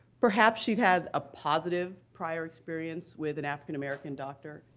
perhaps she'd had a positive prior experience with an african-american doctor,